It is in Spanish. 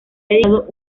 dedicado